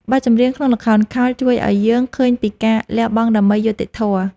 បទចម្រៀងក្នុងល្ខោនខោលជួយឱ្យយើងឃើញពីការលះបង់ដើម្បីយុត្តិធម៌។